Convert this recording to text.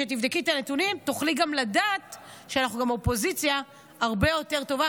כשתבדקי את הנתונים תוכלי גם לדעת שאנחנו אופוזיציה הרבה יותר טובה.